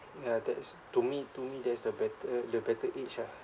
ya that's to me to me that's the better the better age ah